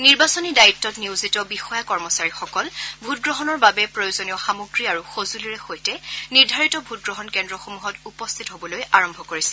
নিৰ্বাচনী দায়িত্বত নিয়োজিত বিষয়া কৰ্মচাৰীসকল ভোটগ্ৰহণৰ বাবে প্ৰয়োজনীয় সামগ্ৰী আৰু সঁজুলিৰে সৈতে নিৰ্ধাৰিত ভোটগ্ৰহণ কেন্দ্ৰসমূহত উপস্থিত হবলৈ আৰম্ভ কৰিছে